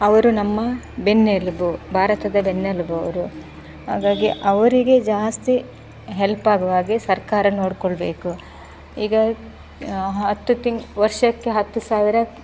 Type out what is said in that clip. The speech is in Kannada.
ಅವರು ನಮ್ಮ ಬೆನ್ನೆಲುಬು ಭಾರತದ ಬೆನ್ನೆಲುಬು ಅವರು ಹಾಗಾಗಿ ಅವರಿಗೆ ಜಾಸ್ತಿ ಹೆಲ್ಪ್ ಆಗುವ ಹಾಗೆ ಸರ್ಕಾರ ನೋಡ್ಕೊಳ್ಬೇಕು ಈಗ ಹತ್ತು ತಿಂಗ್ ವರ್ಷಕ್ಕೆ ಹತ್ತು ಸಾವಿರ